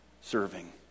serving